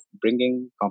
bringing